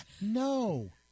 no